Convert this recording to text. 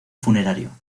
funerario